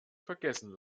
vergessen